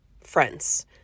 friends